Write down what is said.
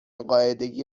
قاعدگی